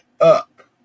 up